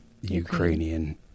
Ukrainian